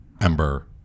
Ember